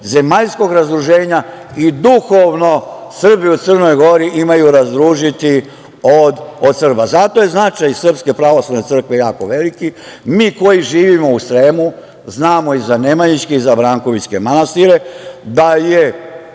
zemaljskog razduženja i duhovno Srbi u Crnoj Gori imaju razdružiti od Srba. Zato je značaj SPC jako veliki. Mi koji živimo u Sremu znamo i za nemanjičke i za brankovićke manastire, da je